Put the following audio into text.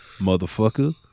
Motherfucker